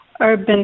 urban